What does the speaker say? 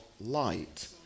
light